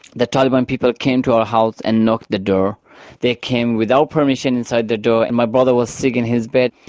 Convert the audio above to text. the taliban people came to our house and knocked the door they came without permission inside the door and my brother was sick in his bed.